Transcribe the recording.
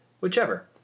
Whichever